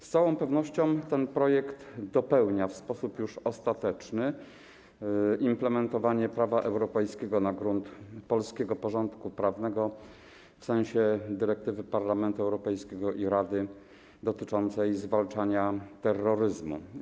Z całą pewnością ten projekt dopełnia w sposób już ostateczny implementowanie prawa europejskiego na grunt polskiego porządku prawnego w sensie dyrektywy Parlamentu Europejskiego i Rady dotyczącej zwalczania terroryzmu.